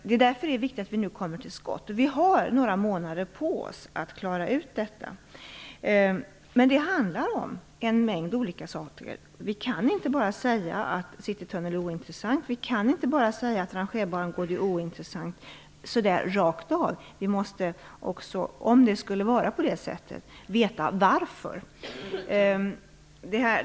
Det är därför viktigt att vi nu kommer till skott, och vi har några månader på oss för att klara ut detta. Men det handlar om en mängd olika saker. Vi kan inte bara rakt av säga att Citytunneln är ointressant, och att en rangerbangård är ointressant. Om det skulle vara på det sättet måste vi också veta varför.